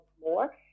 more